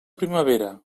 primavera